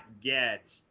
get